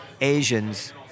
Asians